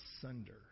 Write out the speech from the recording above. asunder